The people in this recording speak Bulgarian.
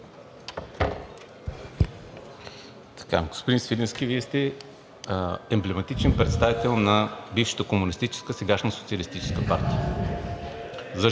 Господин Свиленски, Вие сте емблематичен представител на бившата комунистическа, сегашна социалистическа партия.